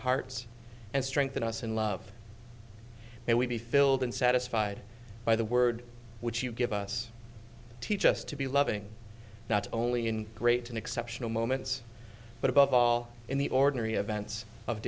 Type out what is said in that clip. hearts and strengthen us in love and we be filled and satisfied by the word which you give us teach us to be loving not only in great and exceptional moments but above all in the ordinary events of